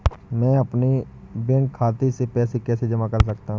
मैं अपने बैंक खाते में पैसे कैसे जमा कर सकता हूँ?